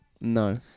No